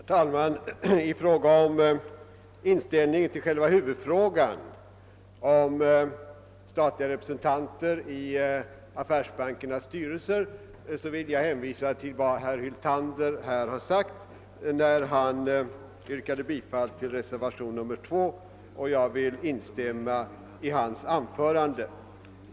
Herr talman! I fråga om inställningen till själva huvudfrågan om statliga representanter i affärsbankernas styrelser vill jag hänvisa till vad herr Hyltander sade i samband med att han yrkade bifall till reservationen 2, och jag instämmer i hans anförande.